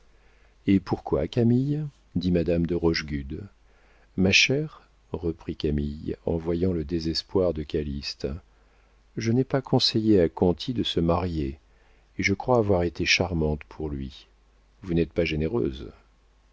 et pourquoi camille dit madame de rochegude ma chère reprit camille en voyant le désespoir de calyste je n'ai pas conseillé à conti de se marier et je crois avoir été charmante pour lui vous n'êtes pas généreuse